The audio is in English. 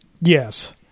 Yes